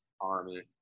Army